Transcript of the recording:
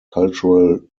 cultural